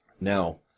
Now